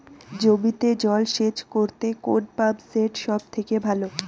জমিতে জল সেচ করতে কোন পাম্প সেট সব থেকে ভালো?